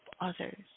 others